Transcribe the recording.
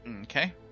Okay